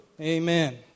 Amen